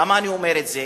למה אני אומר את זה?